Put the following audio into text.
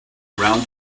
around